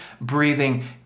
breathing